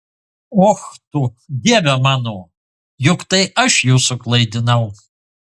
och tu dieve mano juk tai aš jus suklaidinau